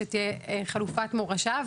שתהיה חלופת מורשה,